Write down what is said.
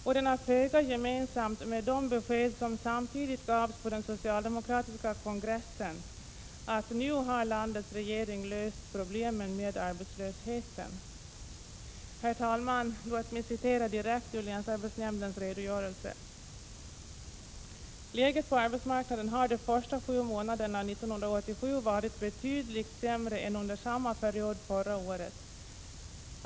Och den har föga gemensamt med de besked som samtidigt gavs på den socialdemokratiska kongressen, att nu har landets regering löst problemen med arbetslösheten. Herr talman! Låt mig citera direkt ur länsarbetshämndens redogörelse: Läget på arbetsmarknaden har de första sju månaderna 1987 varit betydligt sämre än under samma period förra året.